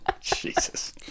Jesus